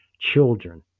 children